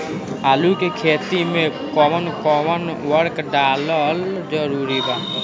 आलू के खेती मे कौन कौन उर्वरक डालल जरूरी बा?